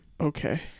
Okay